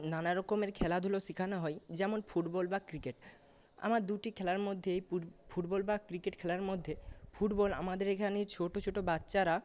নানা রকমের খেলাধুলো শেখানো হয় যেমন ফুটবল বা ক্রিকেট আমার দুটি খেলার মধ্যেই ফুটবল বা ক্রিকেট খেলার মধ্যে ফুটবল আমাদের এখানে ছোট ছোট বাচ্চারা